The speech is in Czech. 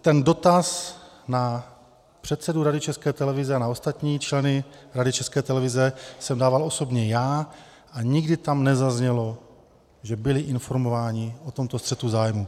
Ten dotaz na předsedu Rady České televize a na ostatní členy Rady České televize jsem dával osobně já a nikdy tam nezaznělo, že byli informováni o tomto střetu zájmů.